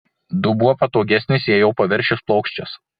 dubuo patogesnis jei jo paviršius plokščias